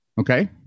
Okay